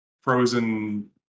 frozen